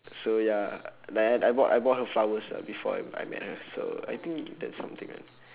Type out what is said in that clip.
so ya like I I bought I bought her flowers uh before I I met her so I think that's something ah